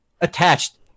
attached